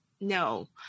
No